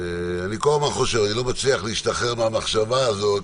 אני לא מצליח להשתחרר מהמחשבה הזאת